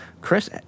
Chris